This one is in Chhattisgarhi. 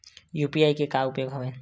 यू.पी.आई के का उपयोग हवय?